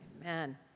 Amen